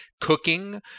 cooking